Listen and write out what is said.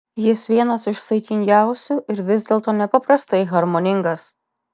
jis vienas iš saikingiausių ir vis dėlto nepaprastai harmoningas